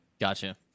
Gotcha